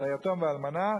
את היתום והאלמנה,